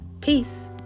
Peace